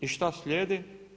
I šta slijedi?